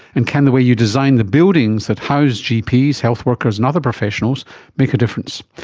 and can the way you design the buildings that house gps, health workers and other professionals make a difference?